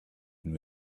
and